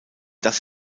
das